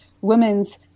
women's